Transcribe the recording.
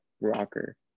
Rocker